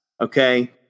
Okay